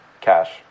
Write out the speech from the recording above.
cash